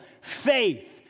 faith